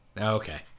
Okay